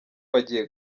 bagiye